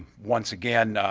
once again,